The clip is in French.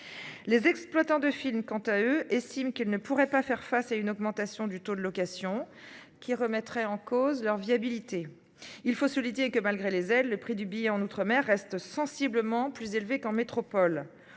Les exploitants de films quant à eux estiment qu'elle ne pourrait pas faire face à une augmentation du taux de location qui remettrait en cause leur viabilité. Il faut souligner que, malgré les elle le prix du billet en outre mer reste sensiblement plus élevé qu'en métropole,